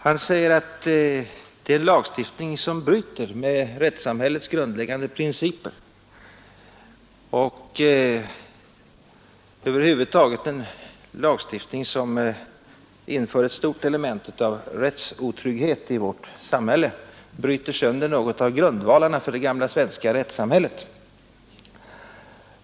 Han säger att det är en lagstiftning, som bryter med rättssamhällets grundläggande principer, och över huvud taget en lagstiftning som inför ett stort element av rättsotrygghet i vårt samhälle. Den bryter sönder något av grundvalarna för det gamla svenska rättssamhället.